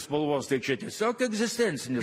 spalvos tai čia tiesiog egzistencinis